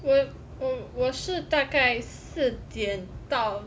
我我我是大概四点到